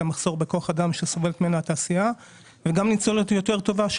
המחסור בכוח אדם ממנו סובלת התעשייה וגם ניצולת יותר טובה של